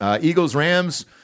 Eagles-Rams